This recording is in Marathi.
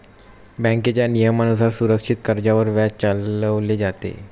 बँकेच्या नियमानुसार सुरक्षित कर्जावर व्याज चालवले जाते